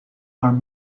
are